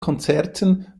konzerten